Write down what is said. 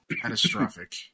catastrophic